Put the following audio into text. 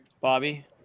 Bobby